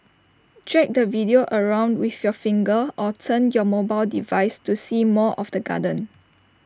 drag the video around with your finger or turn your mobile device to see more of the garden